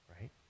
right